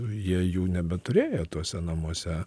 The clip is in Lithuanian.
jie jų nebeturėjo tuose namuose